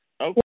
Okay